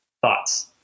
thoughts